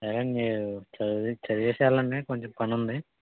జగన్ని చదివే చదివేసి వెళ్ళండి కొంచెం పని ఉంది